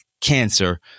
cancer